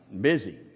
busy